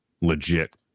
legit